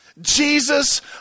Jesus